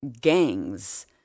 gangs